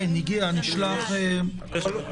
כן, הכול גם